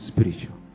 spiritual